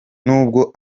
nubwo